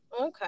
Okay